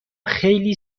خیلی